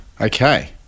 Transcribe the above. okay